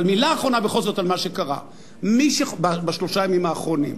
מלה אחרונה בכל זאת על מה שקרה בשלושת הימים האחרונים,